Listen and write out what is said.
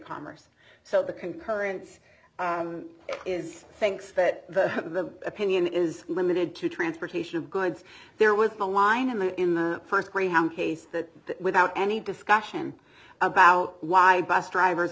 commerce so the concurrence is thinks that the opinion is limited to transportation of goods there was a line in the in the first greyhound case that without any discussion about why bus drivers